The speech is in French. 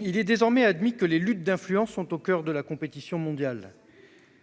il est désormais admis que les luttes d'influence sont au coeur de la compétition mondiale.